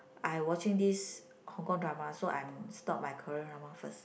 I watching this Hong Kong drama so I'm stop my Korea drama first